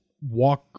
walk